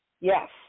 Yes